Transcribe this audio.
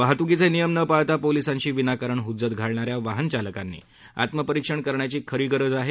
वाहतूकीचे नियम न पाळता पोलिसांशी विनाकारण हुज्जत घालणाऱ्या वाहन चालकांनी आत्मपरिक्षण करण्याची खरी गरज आहे